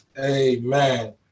Amen